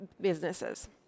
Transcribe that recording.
businesses